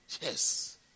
Yes